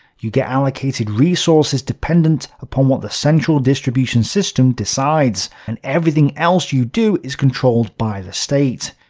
you get allocated resources dependent upon what the central distribution system decides. and everything else you do is controlled by the state.